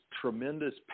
tremendous